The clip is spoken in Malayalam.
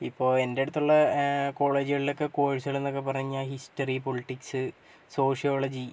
ഇപ്പോൾ എൻ്റെ അടുത്തുള്ള കോളേജുകളിലൊക്കെ കോഴ്സുകൾ എന്നൊക്കെ പറഞ്ഞു കഴിഞ്ഞാൽ ഹിസ്റ്ററി പൊളിറ്റിക്സ് സോഷ്യോളജി